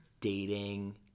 dating